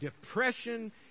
depression